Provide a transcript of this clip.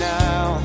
now